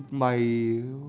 my